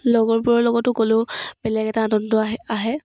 লগৰবোৰৰ লগতো গ'লেও বেলেগ এটা আনন্দ আহে আহে